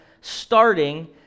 starting